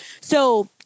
So-